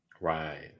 Right